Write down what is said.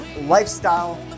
Lifestyle